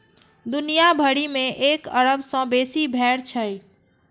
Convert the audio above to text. दुनिया भरि मे एक अरब सं बेसी भेड़ छै